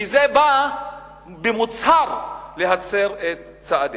כי זה בא במוצהר להצר את צעדיה.